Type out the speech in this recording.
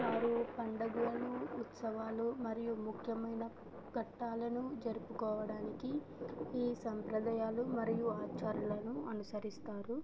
వారు పండగలు ఉత్సవాలు మరియు ముఖ్యమైన ఘట్టాలను జరుపుకోవడానికి ఈ సంప్రదాయాలు మరియు ఆచారాలను అనుసరిస్తారు